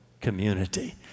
community